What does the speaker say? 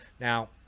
Now